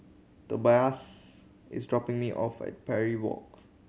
Tobias is dropping me off at Parry Walk